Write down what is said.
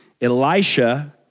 Elisha